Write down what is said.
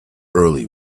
early